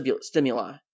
stimuli